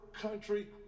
country